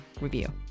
review